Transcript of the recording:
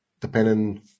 depending